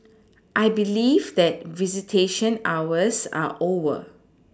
I believe that visitation hours are over